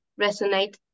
resonate